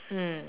mm